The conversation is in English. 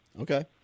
Okay